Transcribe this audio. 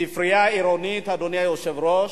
ספרייה עירונית, אדוני היושב-ראש?